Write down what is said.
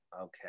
okay